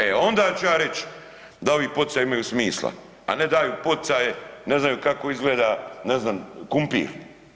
E onda ću ja reći da ovi poticaji imaju smisla ne daju poticaje, ne znaju kako izgleda, ne znam, krumpir.